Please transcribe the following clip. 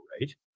right